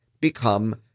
become